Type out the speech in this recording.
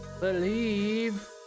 believe